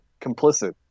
complicit